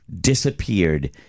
disappeared